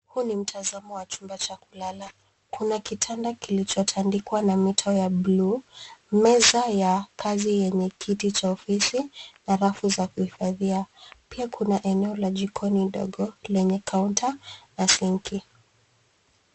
Huu ni mtazamo wa chumba cha kulala. Kuna kitanda kilichotandikwa na mito ya bluu, meza ya kazi yenye kiti cha ofisi, na rafu za kuhifadhia. Pia kuna eneo la jikoni ndogo lenye kaunta na sinki.